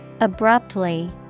Abruptly